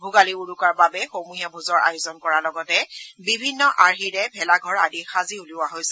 ভোগালীৰ উৰুকাৰ বাবে সমূহীয়া ভোজৰ আয়োজন কৰাৰ লগতে বিভিন্ন আৰ্হিৰে ভেলাঘৰ আদি সাজি উলিওৱা হৈছে